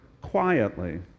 quietly